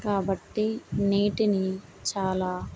కాబట్టి నీటిని చాలా